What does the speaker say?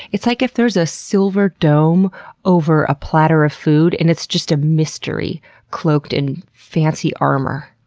it's like if there's a silver dome over a platter of food and it's just a mystery cloaked in fancy armor.